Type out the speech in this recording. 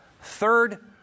third